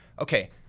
okay